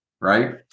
right